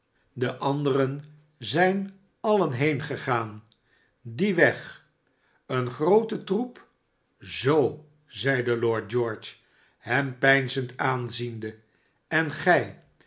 de anderen zijn alien heengegaan dien weg een groote troep zoo zeide lord george hem peinzend aanziende en gij